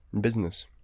Business